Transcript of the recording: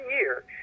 year